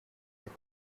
that